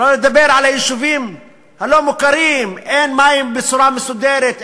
שלא לדבר על היישובים הלא-מוכרים: אין מים בצורה מסודרת,